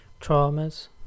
traumas